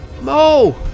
Mo